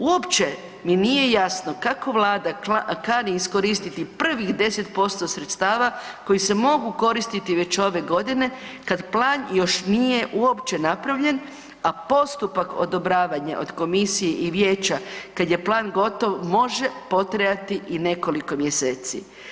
Uopće mi nije jasno kako Vlada kani iskoristiti prvih 10% sredstava koji se mogu koristiti već ove godine kad plan još nije uopće napravljen, a postupak odobravanja od komisije i vijeća kad je plan gotov može potrajati i nekoliko mjeseci.